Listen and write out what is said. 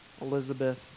Elizabeth